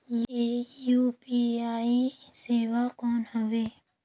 ये यू.पी.आई सेवा कौन हवे?